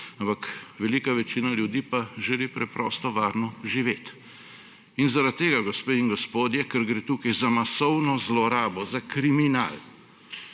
Ampak velika večina ljudi pa želi preprosto varno živeti. In zaradi tega, gospe in gospodje, ker gre tukaj za masovno zlorabo, za kriminal